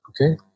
Okay